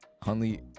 Huntley